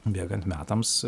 bėgant metams